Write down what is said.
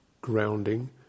grounding